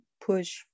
push